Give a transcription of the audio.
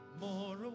more